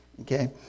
Okay